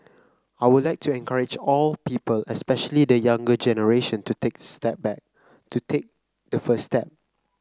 I would like to encourage all people especially the younger generation to take step back to take the first step